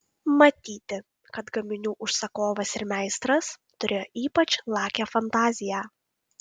matyti kad gaminių užsakovas ir meistras turėjo ypač lakią fantaziją